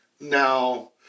Now